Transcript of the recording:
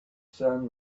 sun